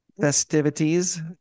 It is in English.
festivities